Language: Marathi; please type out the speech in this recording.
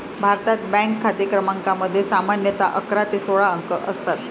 भारतात, बँक खाते क्रमांकामध्ये सामान्यतः अकरा ते सोळा अंक असतात